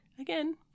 again